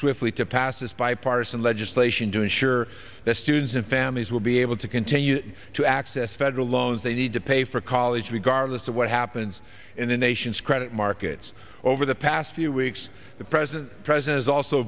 swiftly to pass this bipartisan legislation to ensure that students and families will be able to continue to access federal loans they need to pay for college regardless of what happens in the nation's credit markets over the past few weeks the president president also